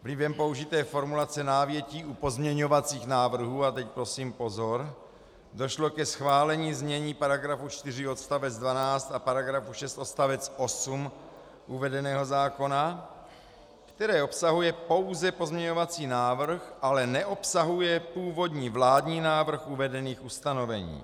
Vlivem použité formulace návětí u pozměňovacích návrhů a teď prosím pozor došlo ke schválení znění § 4 odst. 12 a § 6 odst. 8 uvedeného zákona, které obsahuje pouze pozměňovací návrh, ale neobsahuje původní vládní návrh uvedený v ustanovení.